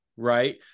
right